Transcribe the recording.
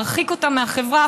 להרחיק אותם מהחברה,